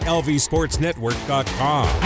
lvsportsnetwork.com